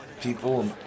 people